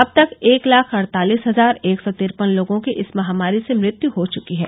अब तक एक लाख अड़तालिस हजार एक सौ तिरपन लोगों की इस महामारी से मृत्यू हो चुकी है